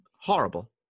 horrible